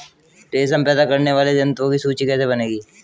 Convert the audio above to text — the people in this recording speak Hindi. रेशम पैदा करने वाले जंतुओं की सूची कैसे बनेगी?